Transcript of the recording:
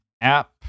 app